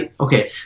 Okay